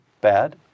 Bad